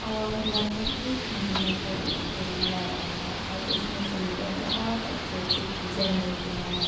اور لگ بھگ ایک مہینے تک یہ میلہ رہتا ہے اور اس میں سنتے ہیں بہت اچھی اچھی چیزیں ملتی ہیں